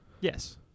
Yes